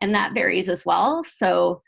and that varies as well. so